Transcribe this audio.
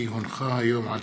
כי הונחה היום על